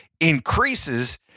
increases